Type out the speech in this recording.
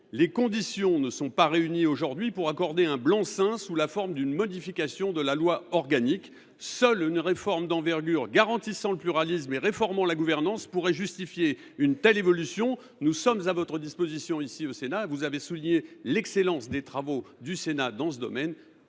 les conditions ne sont pas réunies aujourd’hui pour accorder un blanc seing sous la forme d’une modification de la loi organique. Seule une réforme d’envergure garantissant le pluralisme et modifiant la gouvernance pourrait justifier une telle évolution. Vous même avez souligné l’excellence des travaux menés ici, au Sénat, dans ce domaine